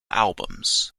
albums